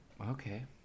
okay